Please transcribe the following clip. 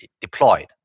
deployed